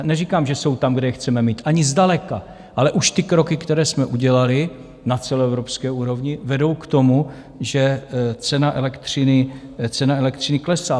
Neříkám, že jsou tam, kde je chceme mít, ani zdaleka, ale už ty kroky, které jsme udělali na celoevropské úrovni, vedou k tomu, že cena elektřiny klesá.